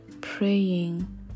praying